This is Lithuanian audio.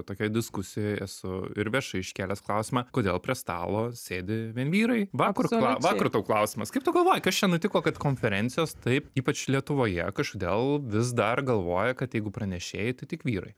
tokioj diskusijoj esu ir viešai iškėlęs klausimą kodėl prie stalo sėdi vien vyrai va kur kla vakar tau klausimas kaip tu galvoji kas čia nutiko kad konferencijos taip ypač lietuvoje kažkodėl vis dar galvoja kad jeigu pranešėjai tai tik vyrai